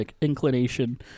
inclination